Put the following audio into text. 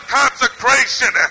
consecration